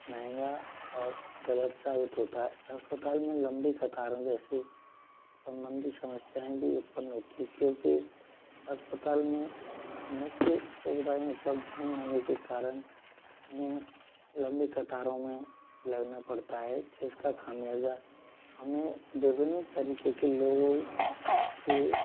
महंगा और गलत साबित होता है अस्पताल मे लम्बी कतारों जैसी सम्बंधी समस्याएँ भी उत्पन्न होती है क्योंकि अस्पताल में मुख्य सुविधाएँ उपलब्ध नहीं होने के कारण हमें लम्बी कतारों में लगना पड़ता है जिसका खामियाज़ा हमें विभिन्न तरीके के लोगों के